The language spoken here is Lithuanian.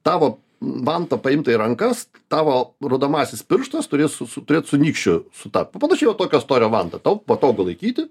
tavo vanta paimta į rankas tavo rodomasis pirštas turės su su turėt su nykščiu sutapo panašiai va tokio storio vanta tau patogu laikyti